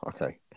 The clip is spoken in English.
Okay